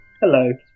Hello